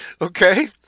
okay